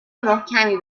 محکمی